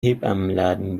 hebammenladen